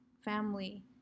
family